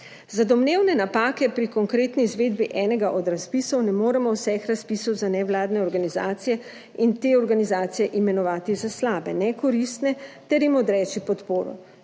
Za domnevne napake pri konkretni izvedbi enega od razpisov ne moremo vseh razpisov za nevladne organizacije in te organizacije imenovati za slabe, nekoristne ter jim odreči podporo.